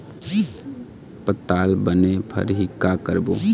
पताल बने फरही का करबो?